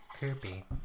Kirby